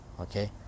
okay